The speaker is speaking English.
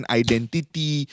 identity